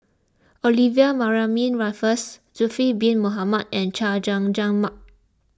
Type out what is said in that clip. Olivia Mariamne Raffles Zulkifli Bin Mohamed and Chay Jung Jun Mark